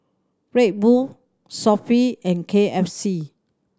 Red Bull Sofy and K F C